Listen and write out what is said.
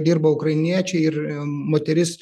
dirba ukrainiečiai ir moteris